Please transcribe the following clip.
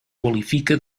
qualifica